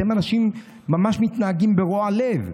אתם אנשים שממש מתנהגים ברוע לב.